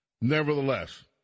Nevertheless